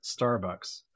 Starbucks